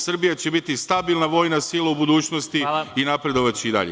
Srbija će biti stabilna vojna sila u budućnosti i napredovaće i dalje.